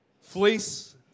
fleece